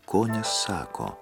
ko nesako